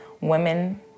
women